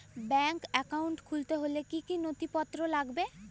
Bank account খুলতে হলে কি কি নথিপত্র লাগবে?